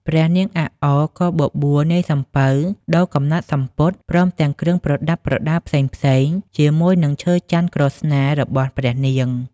ព្រះនាងអាក់អ ក៏បបួលនាយសំពៅដូរកំណាត់សំពត់ ព្រមទាំងគ្រឿងប្រដាប់ដារផ្សេងៗ ជាមួយនឹងឈើចន្ទន៍ក្រស្នារបស់ព្រះនាង ។